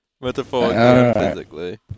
Metaphorically